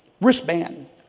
wristband